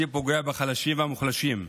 התקציב שפוגע בחלשים והמוחלשים.